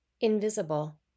invisible